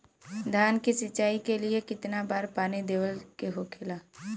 धान की सिंचाई के लिए कितना बार पानी देवल के होखेला?